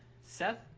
Seth